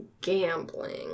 gambling